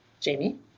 Jamie